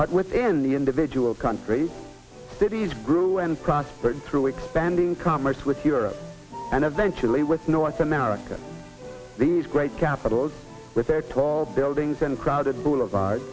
but with a in the individual countries cities grew and prospered through expanding commerce with europe and eventually with north america these great capitals with their tall buildings and crowded boulevard